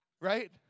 right